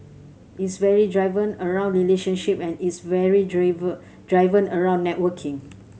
it's very driven around relationship and it's very driven around networking